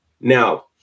Now